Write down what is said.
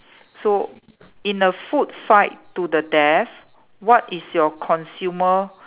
so in a food fight to the death what is your consumer